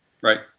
Right